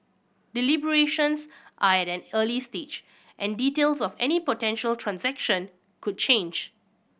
deliberations are at an early stage and details of any potential transaction could change